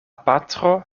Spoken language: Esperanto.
patro